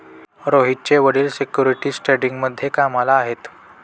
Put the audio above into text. रोहितचे वडील सिक्युरिटीज ट्रेडिंगमध्ये कामाला आहेत